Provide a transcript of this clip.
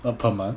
per month